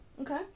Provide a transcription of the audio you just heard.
Okay